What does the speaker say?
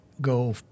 go